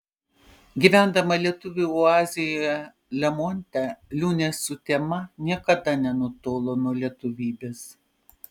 gyvendama lietuvių oazėje lemonte liūnė sutema niekada nenutolo nuo lietuvybės